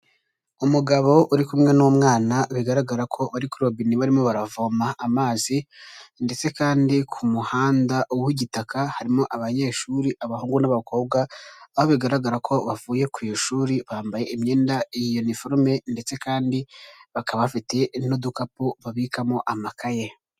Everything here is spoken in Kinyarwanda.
Umugabo uri kumwe n'umwana bigaragara ko bari kuri robine barimo baravoma amazi ndetse kandi ku muhanda w'igitaka harimo abanyeshuri abahungu n'abakobwa aho bigaragara ko bavuye ku ishuri bambaye imyenda ya iniforume ndetse kandi bakaba bafite n'udukapu babikamo amakaye.